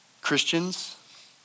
Christians